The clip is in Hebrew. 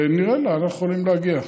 ונראה לאן אנחנו יכולים להגיע.